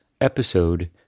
episode